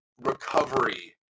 recovery